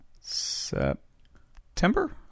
September